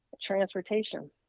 transportation